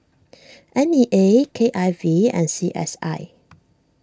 N E A K I V and C S I